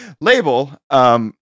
label